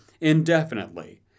indefinitely